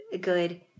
good